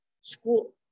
school